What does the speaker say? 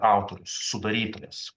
autorius sudarytojas